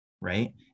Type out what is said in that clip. Right